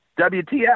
WTF